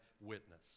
witness